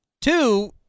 Two